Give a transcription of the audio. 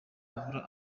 abura